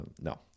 No